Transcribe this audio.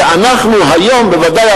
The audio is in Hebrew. ואנחנו היום בוודאי,